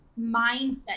mindset